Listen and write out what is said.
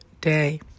day